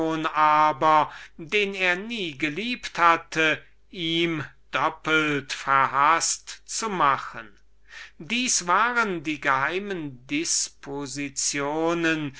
aber den er nie geliebt hatte ihm doppelt verhaßt zu machen dieses waren die geheimen dispositionen